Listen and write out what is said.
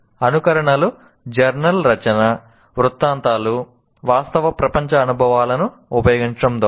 అనుకరణలు journal రచన వృత్తాంతాలు వాస్తవ ప్రపంచ అనుభవాలను ఉపయోగించడం ద్వారా